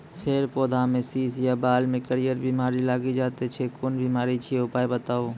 फेर पौधामें शीश या बाल मे करियर बिमारी लागि जाति छै कून बिमारी छियै, उपाय बताऊ?